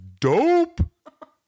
Dope